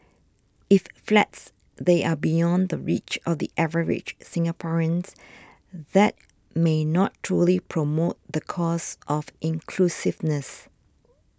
if flats there are beyond the reach of the average Singaporeans that may not truly promote the cause of inclusiveness